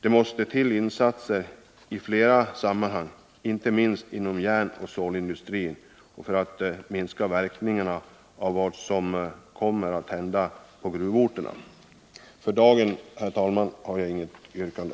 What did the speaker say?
Det måste till insatser i flera sammanhang, inte minst inom järnoch stålindustrin, för att minska verkningarna av vad som kommer att hända på gruvorterna. Herr talman! Jag har för dagen inget yrkande.